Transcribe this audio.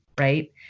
right